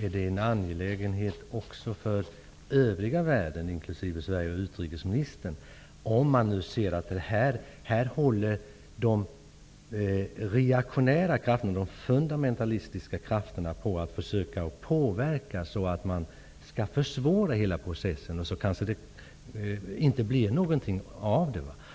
väl fråga om en angelägenhet också för övriga världen, inklusive Sverige och utrikesministern, om man nu ser att de reaktionära, fundamentalistiska krafterna kommer att försöka påverka på ett sätt så att hela processen försvåras, vilket kan leda till att ingenting händer.